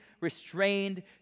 restrained